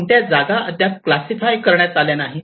कोणत्या जागा अद्याप क्लासिफाय करण्यात आल्या नाहीत